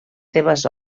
seves